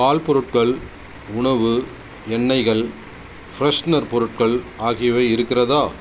பால் பொருட்கள் உணவு எண்ணெய்கள் ஃப்ரெஷனர் பொருட்கள் ஆகியவை இருக்கிறதா